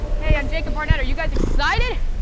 hey! i'm jacob barnett, are you guys excited?